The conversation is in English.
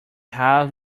house